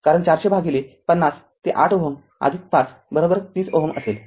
कारण ४०० भागिले ५० ते ८Ω ५३०Ω असेल